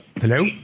Hello